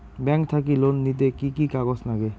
Bank থাকি loan নিতে কি কি কাগজ নাগে?